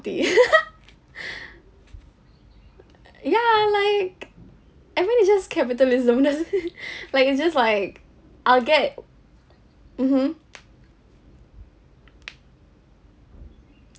err ya like everyone is just capitalism that like it's just like I'll get mmhmm